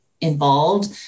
involved